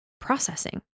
processing